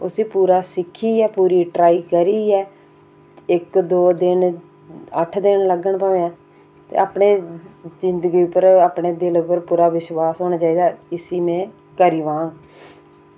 उसी पूरा सिक्खियै पूरी ट्राई करियै इक्क दौ दिन अट्ठ दिन लग्गन भामें ते अपने जिंदगी पर पूरे दिलै पर विश्वास होना चाहिदा की इसी में करी पाङ